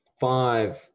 five